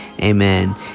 amen